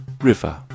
river